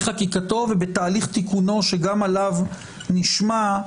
חקיקתו ובתהליך תיקונו, שגם עליו נשמע,